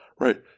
Right